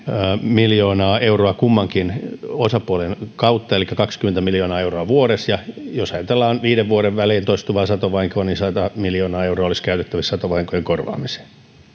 miljoonaa euroa kummankin osapuolen kautta elikkä kaksikymmentä miljoonaa euroa vuodessa ja jos ajatellaan viiden vuoden välein toistuvaa satovahinkoa niin sata miljoonaa euroa olisi käytettävissä satovahinkojen korvaamiseen